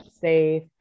safe